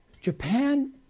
Japan